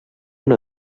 una